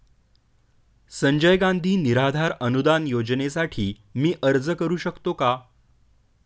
संजय गांधी निराधार अनुदान योजनेसाठी मी अर्ज करू शकतो का?